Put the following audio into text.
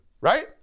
Right